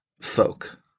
folk